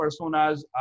personas